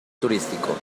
turístico